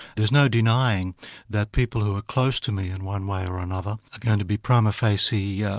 there's no denying that people who are close to me in one way or another are going to be, prima facie, yeah